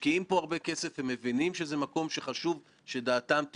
עמלות פירעון מוקדם ולצערי זה לא הגיע למליאה.